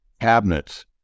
cabinets